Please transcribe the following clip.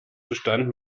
zustand